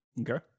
Okay